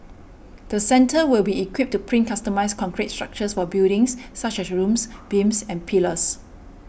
the centre will be equipped to print customised concrete structures for buildings such as rooms beams and pillars